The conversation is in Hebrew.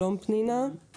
שלום פנינה.